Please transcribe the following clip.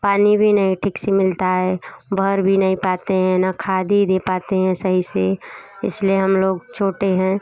पानी भी नही ठीक से मिलता है भर भी नहीं पाते हैं ना खादी दे पाते हैं सही से इसलिए हम लोग छोटे हैं